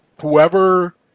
whoever